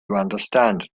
understand